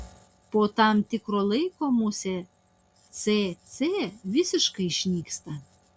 po tam tikro laiko musė cėcė visiškai išnyksta